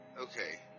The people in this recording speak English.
okay